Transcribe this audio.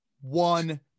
one